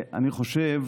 אני חושב